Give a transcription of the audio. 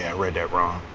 ah read that wrong.